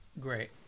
Great